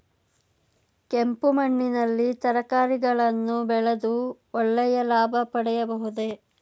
ಕೆಂಪು ಮಣ್ಣಿನಲ್ಲಿ ತರಕಾರಿಗಳನ್ನು ಬೆಳೆದು ಒಳ್ಳೆಯ ಲಾಭ ಪಡೆಯಬಹುದೇ?